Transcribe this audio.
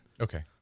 Okay